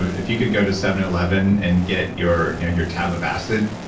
if you could go to seven eleven and get your you know your tab of acid,